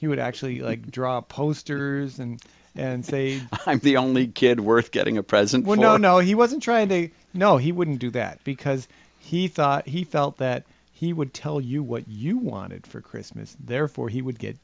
he would actually like drop posters and and say i'm the only kid worth getting a present when you know he wasn't trying they know he wouldn't do that because he thought he felt that he would tell you what you wanted for christmas therefore he would get